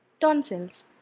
tonsils